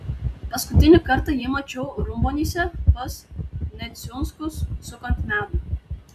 paskutinį kartą jį mačiau rumbonyse pas neciunskus sukant medų